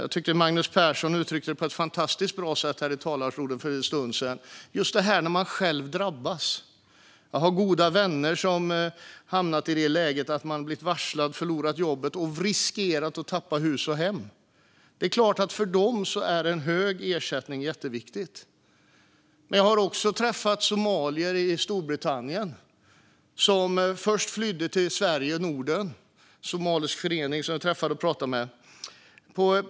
Jag tycker att Magnus Persson uttryckte det på ett fantastiskt bra sätt här i talarstolen för en stund sedan - hur det kan vara när man själv drabbas. Jag har goda vänner som har hamnat i det läget att de blivit varslade, förlorat jobbet och riskerat att tappa hus och hem. Det är klart att en hög ersättning är jätteviktig för dem. I Storbritannien träffade och pratade jag med somalier från en somalisk förening. De hade först flytt till Sverige och Norden.